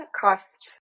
cost